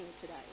today